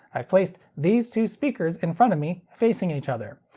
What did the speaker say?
i've placed these two speakers in front of me, facing each other.